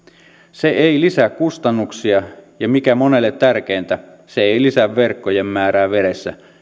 se ei lisää kustannuksia ja mikä monelle tärkeintä se ei lisää verkkojen määrää vedessä